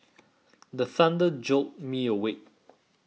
the thunder jolt me awake